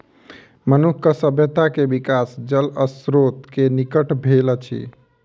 मनुखक सभ्यता के विकास जलक स्त्रोत के निकट भेल अछि